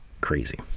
Crazy